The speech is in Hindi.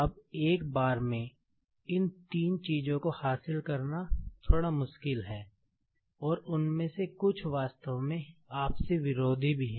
अब एक बार में इन तीनों चीजों को हासिल करना थोड़ा मुश्किल है और उनमें से कुछ वास्तव में आपसी विरोधी हैं